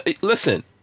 listen